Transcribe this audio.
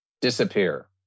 disappear